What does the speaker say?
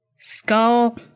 skull